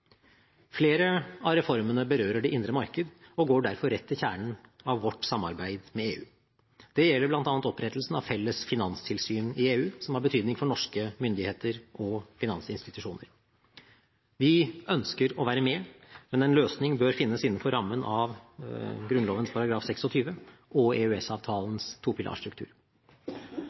Flere av reformene berører det indre marked og går derfor rett til kjernen av vårt samarbeid med EU. Det gjelder bl.a. opprettelsen av felles finanstilsyn i EU, som har betydning for norske myndigheter og finansinstitusjoner. Vi ønsker å være med, men en løsning bør finnes innenfor rammene av Grunnloven § 26 og EØS-avtalens topilarstruktur.